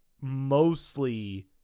mostly